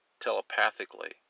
telepathically